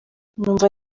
numva